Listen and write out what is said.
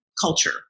culture